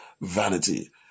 vanity